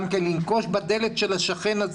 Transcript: לנקוש בדלת של השכן,